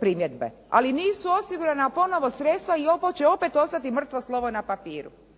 primjedbe. Ali nisu osigurana ponovno sredstva i ovo će opet ostati mrtvo slovo na papiru.